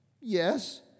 Yes